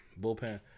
Bullpen